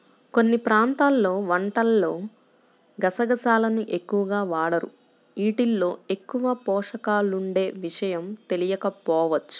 కొన్ని ప్రాంతాల్లో వంటల్లో గసగసాలను ఎక్కువగా వాడరు, యీటిల్లో ఎక్కువ పోషకాలుండే విషయం తెలియకపోవచ్చు